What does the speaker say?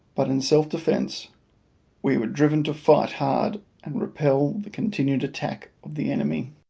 but in self-defence we were driven to fight hard and repel the continued attacks of the enemy,